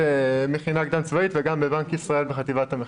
במכינה קדם צבאית וגם בבנק ישראל בחטיבת המחקר.